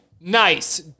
nice